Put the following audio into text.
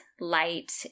light